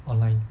online